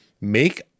make